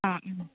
ആ ഉം